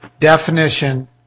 definition